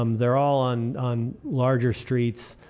um they are all on on larger streets